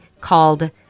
called